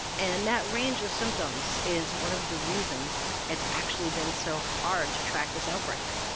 and that range of symptoms is one of the reasons it's actually been so hard to track this outbreak.